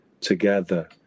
together